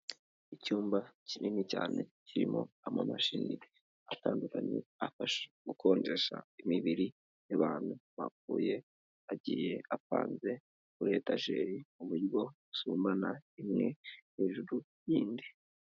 Icyumba kinini cyane kirimo amamashini atandukanye, afasha gukonjesha imibiri y'abantu bapfuye, agiye apanze muri etajeri, mu buryo busumbana, imwe hejuru yindi.